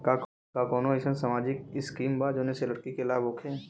का कौनौ अईसन सामाजिक स्किम बा जौने से लड़की के लाभ हो?